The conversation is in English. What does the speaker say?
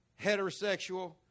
heterosexual